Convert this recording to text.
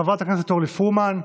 חברת הכנסת אורלי פרומן,